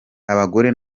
abagore